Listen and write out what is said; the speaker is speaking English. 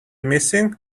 missing